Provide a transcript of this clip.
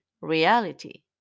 reality